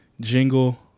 Jingle